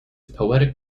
poetic